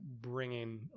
bringing